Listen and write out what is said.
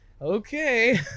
okay